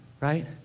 right